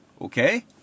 Okay